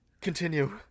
Continue